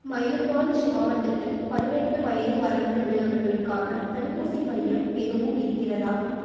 மயூர்பான்ஞ் மாவட்டத்தில் பதினெட்டு வயது வரம்பில் உள்ளவர்களுக்கான தடுப்பூசி மையம் எதுவும் இருக்கிறதா